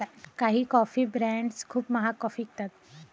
काही coffee brands खूप महाग कॉफी विकतात